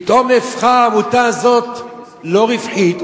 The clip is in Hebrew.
פתאום נהפכה העמותה הזאת ללא רווחית,